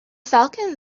falcon